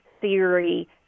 Siri